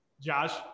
Josh